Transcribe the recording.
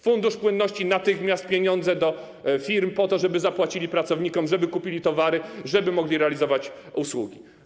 Fundusz płynności natychmiast, pieniądze dla firm, żeby zapłacili pracownikom, żeby kupili towary, żeby mogli realizować usługi.